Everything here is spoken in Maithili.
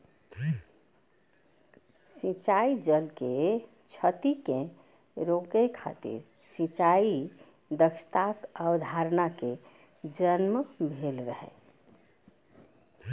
सिंचाइ जल के क्षति कें रोकै खातिर सिंचाइ दक्षताक अवधारणा के जन्म भेल रहै